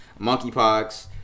Monkeypox